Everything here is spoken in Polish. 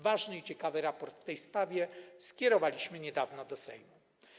Ważny i ciekawy raport w tej sprawie skierowaliśmy niedawno do Sejmu.